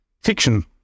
fiction